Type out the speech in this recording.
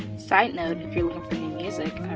side note if you're looking for new music,